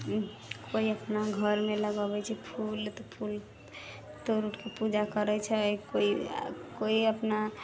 कोइ अपना घरमे लगबै छै फूल तऽ फूल तोड़ि उड़के पूजा करै छै कोइ कोइ अपना